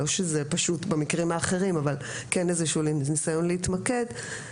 לא שזה פשוט במקרים האחרים אבל כן איזשהו ניסיון להתמקד.